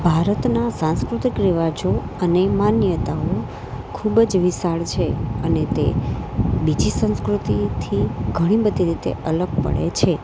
ભારતના સાંસ્કૃતિક રિવાજો અને માન્યતાઓ ખૂબ જ વિશાળ છે અને તે બીજી સંસ્કૃતિથી ઘણી બધી રીતે અલગ પડે છે